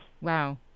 Wow